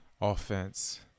offense